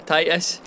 Titus